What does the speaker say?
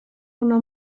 una